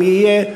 אם תהיה,